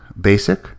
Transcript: basic